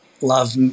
love